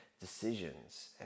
decisions